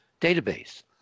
database